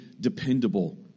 dependable